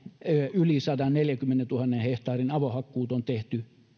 yli sadanneljänkymmenentuhannen hehtaarin avohakkuut on tehty